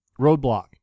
Roadblock